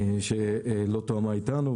שלא תואמה אתנו,